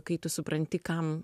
kai tu supranti kam